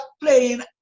playing